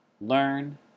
learn